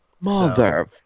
Mother